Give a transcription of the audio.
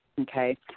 okay